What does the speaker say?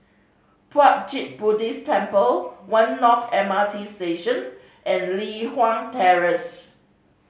Puat Jit Buddhist Temple One North M R T Station and Li Hwan Terrace